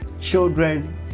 children